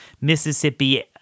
Mississippi